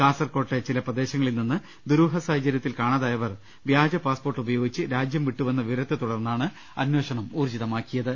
കാസർകോട്ടെ ചില പ്രദേശങ്ങളിൽ നിന്ന് ദുരൂഹ സാഹചര്യ ത്തിൽ കാണാതായവർ വ്യാജ പാസ്പോർട്ട് ഉപയോഗിച്ച് രാജ്യം വിട്ടു വെന്ന വിവരത്തെ തുടർന്നാണ് അന്വേഷണം ഊർജ്ജിതമാക്കിയത്